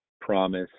promise